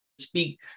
speak